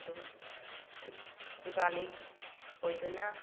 ꯑꯗꯨꯝ ꯖꯨꯒꯥꯂꯤ ꯑꯣꯏꯗꯨꯅ